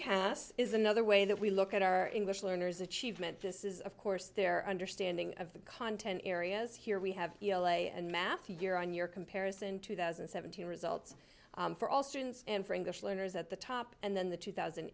cas is another way that we look at our english learners achievement this is of course their understanding of the content areas here we have l a and matthew year on year comparison two thousand and seventeen results for all students and for english learners at the top and then the two thousand